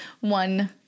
one